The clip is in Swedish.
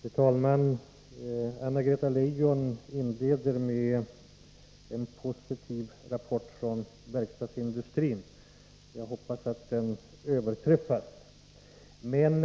Fru talman! Anna-Greta Leijon inledde med en positiv rapport från verkstadsindustrin. Jag hoppas att den överträffas. Men